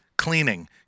cleaning